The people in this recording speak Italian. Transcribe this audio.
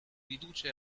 riduce